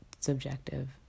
subjective